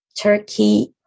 Turkey